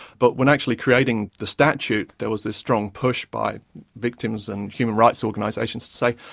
but when actually creating the statute, there was this strong push by victims and human rights organisations to say,